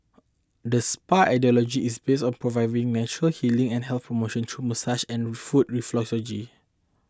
the spa ideology is based on providing natural healing and health promotion through massage and foot reflexology